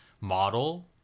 model